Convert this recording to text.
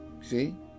See